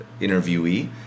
interviewee